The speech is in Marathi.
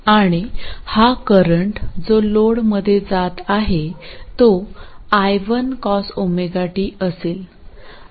आणि हा करंट जो लोडमध्ये जात आहे तो i1 cosωt असेल